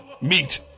Meet